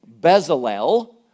Bezalel